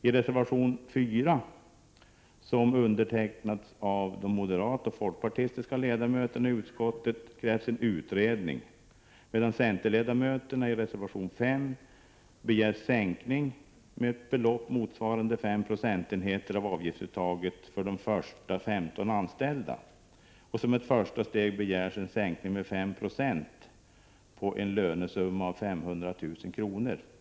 I reservation 4, som har undertecknats av de moderata och folkpartistiska ledamöterna i utskottet, krävs en utredning, medan centerledamöterna i reservation 5 begär en sänkning med ett belopp motsvarande fem procentenheter av avgiftsuttaget för de första 15 anställda. Som ett första steg begärs en sänkning med 5 96 på en lönesumma av 500 000 kr.